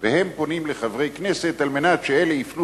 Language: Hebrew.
והם פונים אל חברי הכנסת על מנת שאלה יפנו